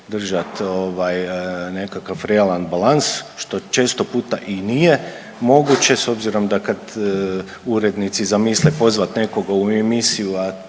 držat nekakav realan balans što često puta i nije moguće s obzirom da kad urednici zamisle pozvat nekoga u emisiju,